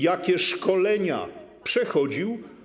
Jakie szkolenia przechodził?